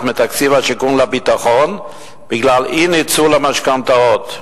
מתקציב השיכון לביטחון בגלל אי-ניצול המשכנתאות.